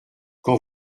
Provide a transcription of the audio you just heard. quand